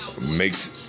makes